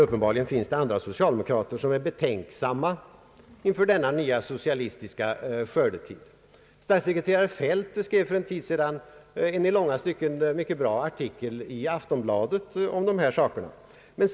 Uppenbarligen finns det dock andra socialdemokrater som är betänksamma inför denna nya socialistiska skördetid. Statssekreterare Feldt skrev för en tid sedan en i långa stycken mycket bra artikel i Aftonbladet om dessa spörsmål.